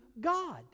God